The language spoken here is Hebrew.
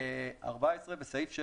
בסעיף 16